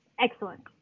excellent